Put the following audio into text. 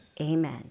amen